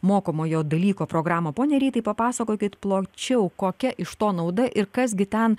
mokomojo dalyko programą pone rytai papasakokit plačiau kokia iš to nauda ir kas gi ten